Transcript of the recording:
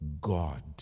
God